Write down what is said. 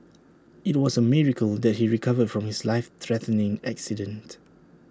IT was A miracle that he recovered from his life threatening accident